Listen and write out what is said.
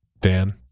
dan